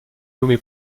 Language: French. nommé